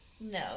No